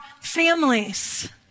families